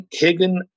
Higgin